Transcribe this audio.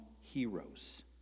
heroes